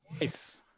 Nice